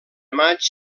maig